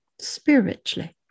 spiritually